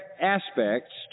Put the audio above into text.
aspects